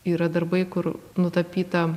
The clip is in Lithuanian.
yra darbai kur nutapyta